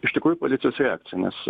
iš tikrųjų policijos reakcija nes